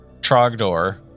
Trogdor